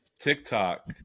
TikTok